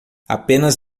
apenas